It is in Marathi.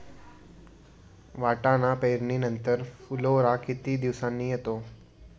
वाटाणा पेरणी नंतर फुलोरा किती दिवसांनी येतो?